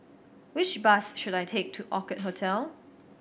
which bus should I take to Orchid Hotel